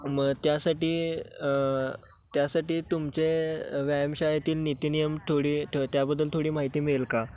मग त्यासाठी त्यासाठी तुमचे व्यायामशाळेतील नितीनियम थोडी ठ त्याबद्दल थोडी माहिती मिळेल का